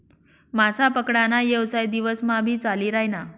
मासा पकडा ना येवसाय दिवस मा भी चाली रायना